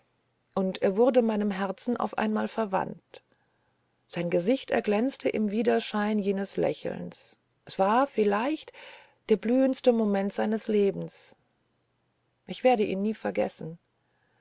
und er wurde meinem herzen auf einmal verwandt sein gesicht erglänzte im widerschein jenes lächelns es war vielleicht der blühendste moment seines lebens ich werde ihn nie vergessen